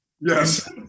Yes